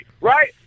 right